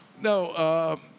No